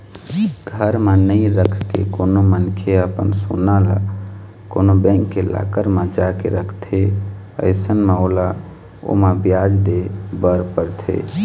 घर म नइ रखके कोनो मनखे ह अपन सोना ल कोनो बेंक के लॉकर म जाके रखथे अइसन म ओला ओमा बियाज दे बर परथे